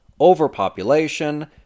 Overpopulation